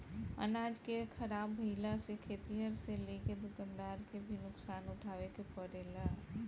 अनाज के ख़राब भईला से खेतिहर से लेके दूकानदार के भी नुकसान उठावे के पड़ेला